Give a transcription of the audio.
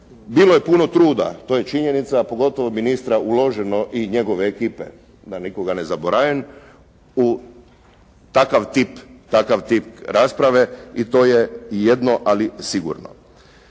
bilo je puno truda. To je činjenica, pogotovo ministra, uloženo i njegove ekipe. Da nikoga ne zaboravim. Takav tip rasprave i to je jedno ali sigurno.